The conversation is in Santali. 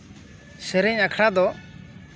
ᱥᱮᱨᱮᱧ ᱟᱠᱷᱲᱟ ᱫᱚ